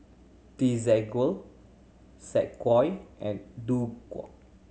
Desigual Saucony and Doux